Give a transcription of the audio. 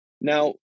now